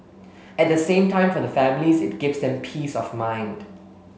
at the same time for the families it gives them peace of mind